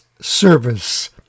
service